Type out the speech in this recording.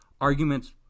arguments